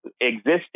existing